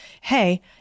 hey